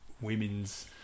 women's